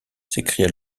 s’écria